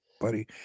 buddy